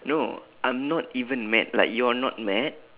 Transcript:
no I'm not even mad like you are not mad